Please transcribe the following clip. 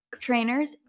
trainers